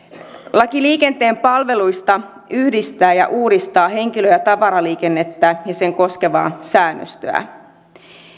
laki liikenteen palveluista yhdistää ja uudistaa henkilö ja tavaraliikennettä ja niitä koskevaa säännöstöä